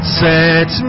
set